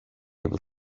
able